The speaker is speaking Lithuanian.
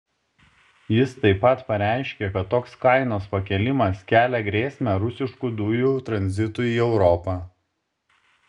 jis taip pat pareiškė kad toks kainos pakėlimas kelia grėsmę rusiškų dujų tranzitui į europą